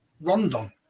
Rondon